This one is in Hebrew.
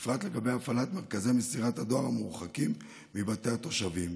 בפרט לגבי הפעלת מרכזי מסירת הדואר המרוחקים מבתי התושבים".